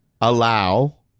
allow